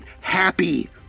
happy